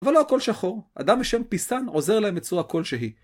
אבל לא הכל שחור, אדם שם פיסן עוזר להם בצורה כלשהי.